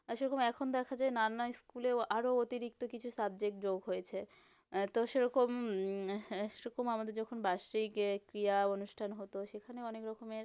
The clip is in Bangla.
আর সেরকম এখন দেখা যায় নানা ইস্কুলেও আরও অতিরিক্ত কিছু সাবজেক্ট যোগ হয়েছে তো সেরকম হ্যাঁ সেরকম আমাদের যখন বার্ষিক ক্রিড়া অনুষ্ঠান হতো সেখানে অনেক রকমের